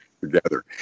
together